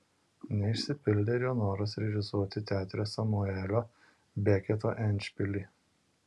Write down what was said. neišsipildė ir jo noras režisuoti teatre samuelio beketo endšpilį